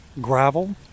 gravel